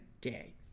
day